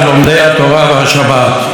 וזה נוסח ההחלטה: